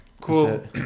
cool